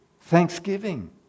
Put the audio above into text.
thanksgiving